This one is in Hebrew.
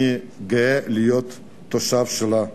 ואני גאה להיות תושב שלה.